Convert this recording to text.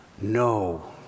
No